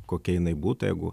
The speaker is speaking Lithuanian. kokia jinai būtų jeigu